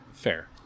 fair